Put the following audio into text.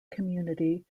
community